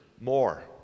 more